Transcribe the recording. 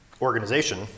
organization